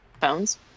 phones